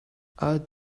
add